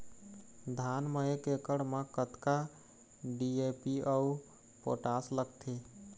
धान म एक एकड़ म कतका डी.ए.पी अऊ पोटास लगथे?